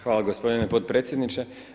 Hvala gospodine potpredsjedniče.